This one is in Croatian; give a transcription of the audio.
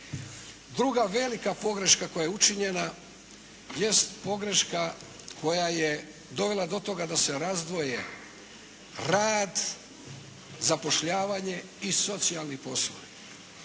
Druga velika pogreška koja je učinjena jest pogreška koja je dovela do toga da se razdvoje rad, zapošljavanje i socijalni poslovi.